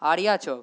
آڑیہ چوک